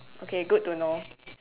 okay good to know